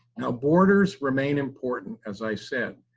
now, borders remain important as i said,